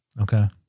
Okay